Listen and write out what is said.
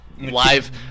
live